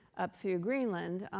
up through greenland.